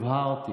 הבהרתי